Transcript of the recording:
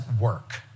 work